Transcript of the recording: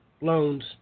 loans